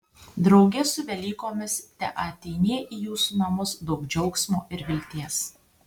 drauge su velykomis teateinie į jūsų namus daug džiaugsmo ir vilties